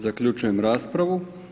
Zaključujem raspravu.